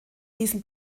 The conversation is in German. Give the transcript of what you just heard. diesem